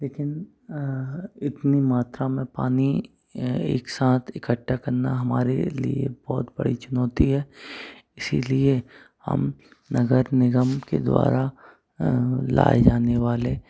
लेकिन इतनी मात्रा में पानी एक साथ इकट्ठा करना हमारे लिए बहुत बड़ी चुनौती है इसलिए हम नगर निगम के द्वारा लाए जाने वाले